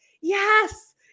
yes